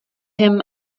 him